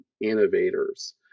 innovators